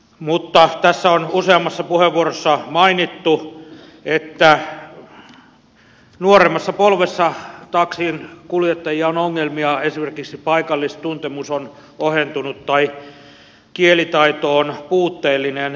mutta tässä on useammassa puheenvuorossa mainittu että nuoremmassa polvessa taksinkuljettajilla on ongelmia esimerkiksi paikallistuntemus on ohentunut tai kielitaito on puutteellinen